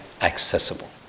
accessible